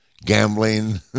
gambling